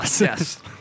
Yes